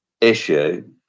issue